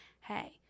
hey